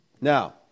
Now